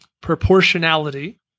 proportionality